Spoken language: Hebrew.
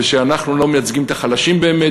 ושאנחנו לא מייצגים את החלשים באמת.